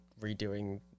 redoing